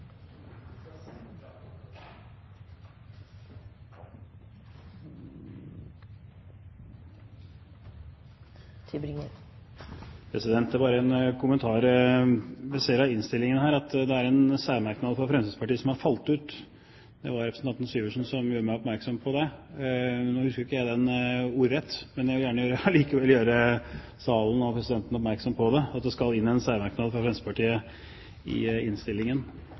en særmerknad fra Fremskrittspartiet som har falt ut. Det var representanten Syversen som gjorde meg oppmerksom på det. Nå husker ikke jeg den ordrett, men jeg vil likevel gjerne gjøre salen og presidenten oppmerksom på at det skal en særmerknad fra Fremskrittspartiet inn i innstillingen.